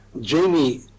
Jamie